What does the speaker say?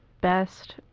best